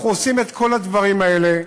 אנחנו עושים את כל הדברים האלה,